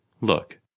Look